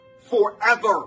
forever